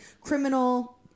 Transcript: Criminal